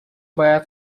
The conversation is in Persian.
باید